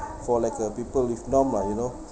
for like uh people with norm lah you know